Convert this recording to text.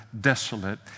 desolate